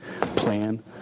plan